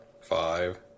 five